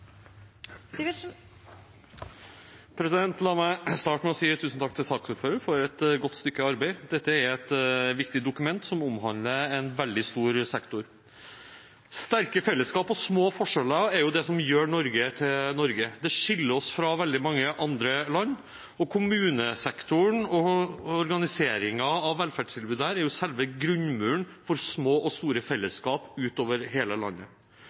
et viktig dokument som omhandler en veldig stor sektor. Sterke fellesskap og små forskjeller er det som gjør Norge til Norge. Det skiller oss fra veldig mange andre land. Kommunesektoren og organiseringen av velferdstilbudet her er selve grunnmuren for små og store fellesskap utover hele landet.